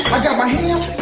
i got my ham,